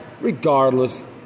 regardless